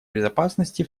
безопасности